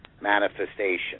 manifestation